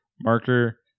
Marker